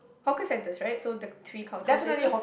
hawker centers right so the three cultural places